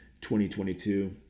2022